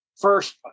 First